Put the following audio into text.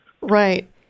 Right